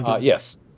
Yes